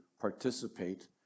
participate